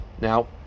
now